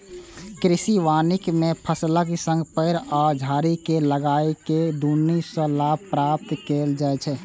कृषि वानिकी मे फसलक संग पेड़ आ झाड़ी कें लगाके दुनू सं लाभ प्राप्त कैल जाइ छै